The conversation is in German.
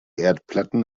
erdplatten